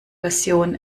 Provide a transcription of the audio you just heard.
version